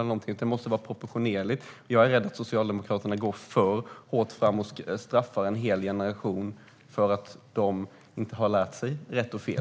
Det måste vara proportionerligt. Jag är rädd att Socialdemokraterna går för hårt fram och straffar en hel generation för att den inte har lärt sig rätt och fel.